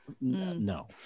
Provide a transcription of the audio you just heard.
No